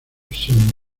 saint